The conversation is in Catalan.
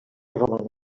romana